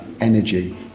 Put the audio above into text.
energy